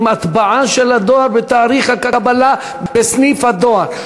עם הטבעה של הדואר ותאריך הקבלה בסניף הדואר.